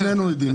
שנינו יודעים.